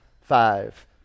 five